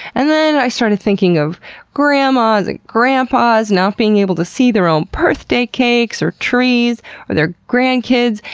and then i started thinking of grandmas and grandpas not being able to see their own birthday cakes or trees or their grandkids,